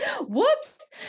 Whoops